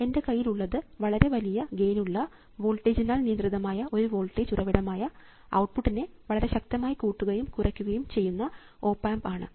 എൻറെ കയ്യിൽ ഉള്ളത് വളരെ വലിയ ഗെയിൻ ഉള്ള വോൾട്ടേജിനാൽ നിയന്ത്രിതമായ ഒരു വോൾട്ടേജ് ഉറവിടമായ ഔട്ട്പുട്ട് നെ വളരെ ശക്തമായ കൂട്ടുകയും കുറയ്ക്കുകയും ചെയ്യുന്ന ഓപ് ആമ്പാണ് ആണ്